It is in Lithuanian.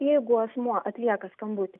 jeigu asmuo atlieka skambutį